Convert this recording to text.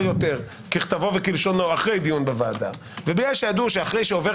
יותר ככתבו וכלשונו אחרי דיון בוועדה ובגלל שידעו שאחרי שעובר